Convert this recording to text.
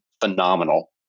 phenomenal